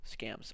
scams